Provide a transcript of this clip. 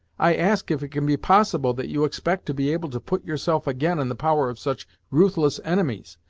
i ask if it can be possible that you expect to be able to put yourself again in the power of such ruthless enemies,